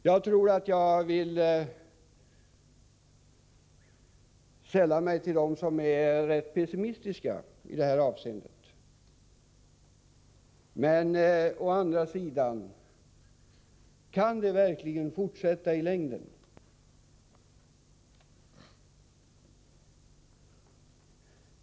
Jag tror att jag vill sälla mig till dem som är rätt pessimistiska. Men å andra sidan: Kan det verkligen fortsätta i längden?